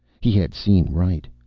he had seen right.